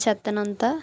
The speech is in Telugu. చెత్తను అంతా